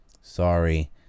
sorry